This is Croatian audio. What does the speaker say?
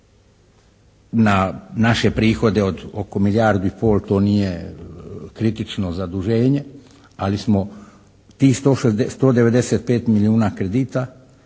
Na naše prihode od oko milijardu i pol to nije kritično zaduženje, ali smo tih 195 milijuna kredita